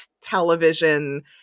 television